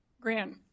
Grant